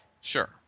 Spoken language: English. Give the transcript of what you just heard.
Sure